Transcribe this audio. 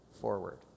forward